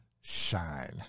shine